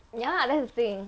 ya that's the thing